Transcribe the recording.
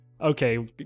okay